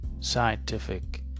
scientific